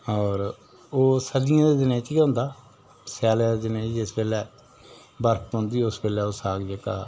होर ओह् सर्दियां दे दिनें च गै होन्दा स्याले दिनें ई जिस बेल्लै बर्फ पौंदी उस बैल्ले ओह् साग जेह्का